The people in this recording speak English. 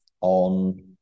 on